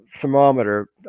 thermometer